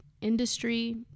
industry